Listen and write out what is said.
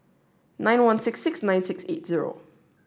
nine one six six nine six eight zero